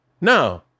No